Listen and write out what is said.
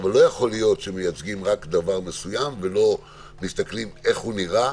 אבל לא יכול להיות שמייצגים רק דבר מסוים ולא מסתכלים איך הוא נראה,